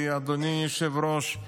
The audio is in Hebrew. כי אדוני היושב-ראש,